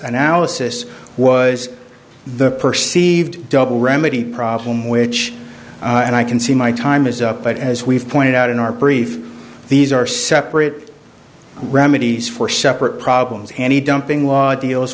analysis was the perceived double remedy problem which and i can see my time is up but as we've pointed out in our brief these are separate remedies for separate problems any dumping law deals